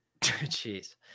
Jeez